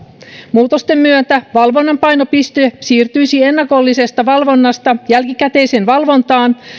muutosten myötä valvonnan painopiste siirtyisi ennakollisesta valvonnasta jälkikäteiseen valvontaan